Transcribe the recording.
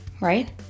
right